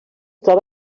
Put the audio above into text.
troba